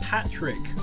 Patrick